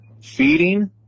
feeding